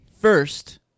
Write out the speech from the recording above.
First